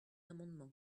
amendement